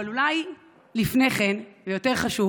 אולי לפני כן ויותר חשוב